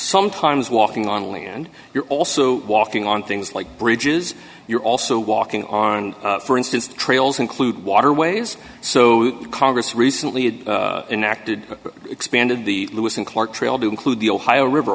sometimes walking on land you're also walking on things like bridges you're also walking on for instance trails include waterways so congress recently enacted expanded the lewis and clark trail to include the ohio river